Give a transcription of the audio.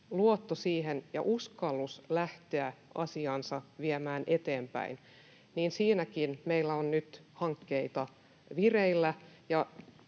luotto ja uskallus lähteä asiaansa viemään eteenpäin, niin siinäkin meillä on nyt hankkeita vireillä.